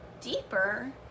deeper